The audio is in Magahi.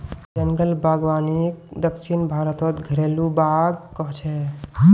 जंगल बागवानीक दक्षिण भारतत घरेलु बाग़ कह छे